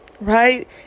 right